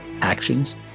actions